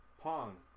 Pong